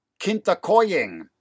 Kintakoying